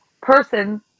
person